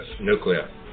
Nuclear